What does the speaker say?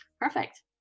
Perfect